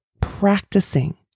Practicing